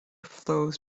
flows